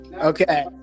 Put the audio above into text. Okay